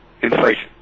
inflation